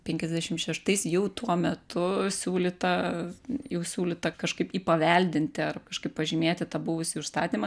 penkiasdešim šeštais jau tuo metu siūlyta jau siūlyta kažkaip įpaveldinti ar kažkaip pažymėti tą buvusį užstatymą